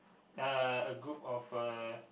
uh a group of uh